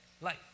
life